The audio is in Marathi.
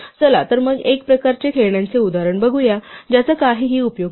चला तर मग एक प्रकारचे खेळण्यांचे उदाहरण बघूया ज्याचा काहीही उपयोग नाही